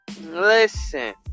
Listen